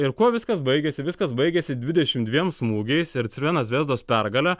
ir kuo viskas baigėsi viskas baigėsi dvidešim dviem smūgiais ir crvenos zvezdos pergale